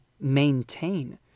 maintain